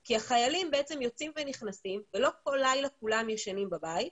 כי החיילים יוצאים ונכנסים ולא כל לילה כולם ישנים בבית.